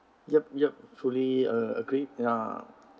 yup yup fully agree ya